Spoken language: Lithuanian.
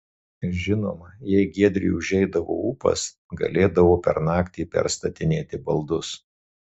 žinoma jei giedriui užeidavo ūpas galėdavo per naktį perstatinėti baldus